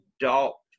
adult